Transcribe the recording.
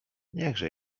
niechże